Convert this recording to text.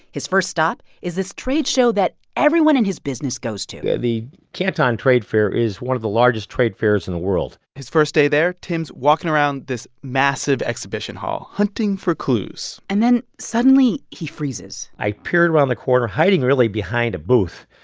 his first stop is this trade show that everyone in his business goes to the canton trade fair is one of the largest trade fairs in the world his first day there, tim's walking around this massive exhibition hall hunting for clues and then, suddenly, he freezes i peered the corner, hiding, really, behind a booth.